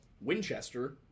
Winchester